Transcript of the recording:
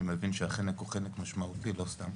אני מבין שהחנק הוא חנק משמעותי לא סתם,